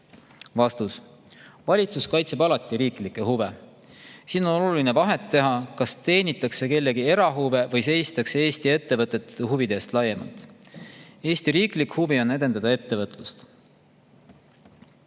Vastus. Valitsus kaitseb alati riiklikke huve. Siin on oluline vahet teha, kas teenitakse kellegi erahuve või seistakse Eesti ettevõtete huvide eest laiemalt. Eesti riiklik huvi on edendada ettevõtlust.